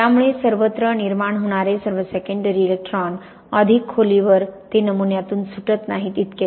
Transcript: त्यामुळे सर्वत्र निर्माण होणारे सर्व सेकंडरी इलेक्ट्रॉन अधिक खोलीवर ते नमुन्यातून सुटत नाहीत इतकेच